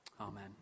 amen